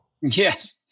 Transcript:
Yes